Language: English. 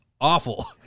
awful